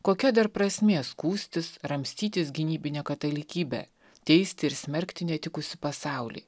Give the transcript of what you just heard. kokia dar prasmė skųstis ramstytis gynybine katalikybe teisti ir smerkti netikusį pasaulį